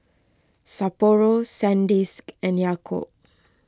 Sapporo Sandisk and Yakult